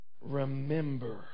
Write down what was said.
Remember